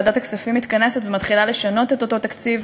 ועדת הכספים מתכנסת ומתחילה לשנות את אותו תקציב.